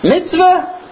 Mitzvah